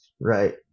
right